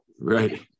right